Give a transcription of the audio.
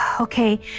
okay